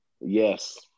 Yes